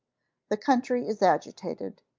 the country is agitated.